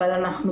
אבל אנחנו,